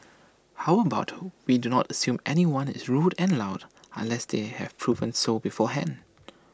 how about we do not assume anyone is rude and loud unless they have proven so beforehand